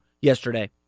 yesterday